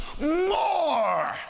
more